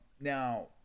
now